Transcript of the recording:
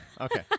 Okay